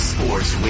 Sports